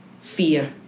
fear